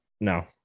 no